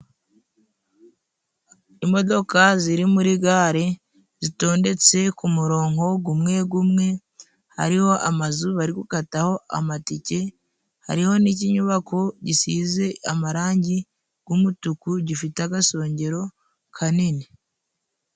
Imodoka ziri muri gare zitondetse ku muronko gumwe gumwe, hariho amazu bari gukataho amatike, hariho n'ikinyubako gisize amarangi g'umutuku gifite agasongero kanini.